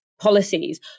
policies